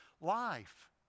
life